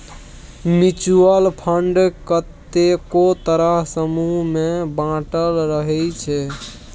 mutual fund कतेको तरहक समूह मे बाँटल रहइ छै